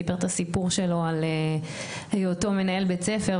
סיפר את הסיפור שלו על היותו מנהל בית ספר,